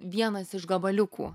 vienas iš gabaliukų